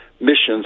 missions